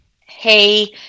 hey